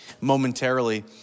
momentarily